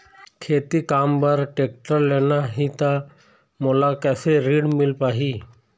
खेती काम बर टेक्टर लेना ही त मोला कैसे ऋण मिल पाही?